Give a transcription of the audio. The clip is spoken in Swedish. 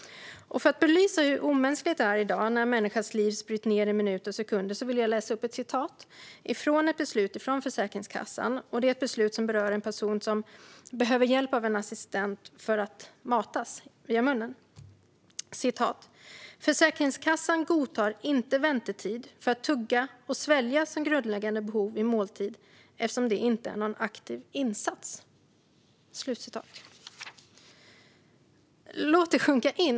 För att belysa hur omänskligt det är i dag när en människas liv bryts ned i minuter och sekunder vill jag läsa upp en del av ett beslut från Försäkringskassan. Det är ett beslut som berör en person som behöver hjälp av en assistent för att matas via munnen. Så här står det i beslutet: Försäkringskassan godtar inte väntetid för att tugga och svälja som grundläggande behov vid måltid eftersom det inte är någon aktiv insats. Låt det sjunka in!